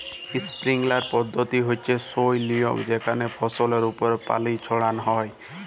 sprinkler পদ্ধতি হচ্যে সই লিয়ম যেখানে ফসলের ওপর পানি ছড়ান হয়